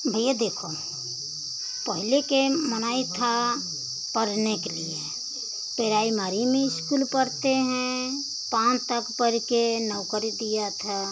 भैया देखो पहिले के माने था पढ़ने के लिए पेराइमरी में इस्कूल पढ़ते हैं पाँच तक पढ़ कर नौकरी दिया था